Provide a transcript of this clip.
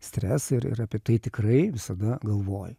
stresą ir ir apie tai tikrai visada galvoji